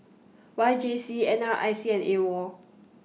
Y J C N R I C and AWOL